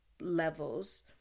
levels